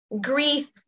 grief